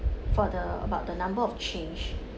for the about the number of change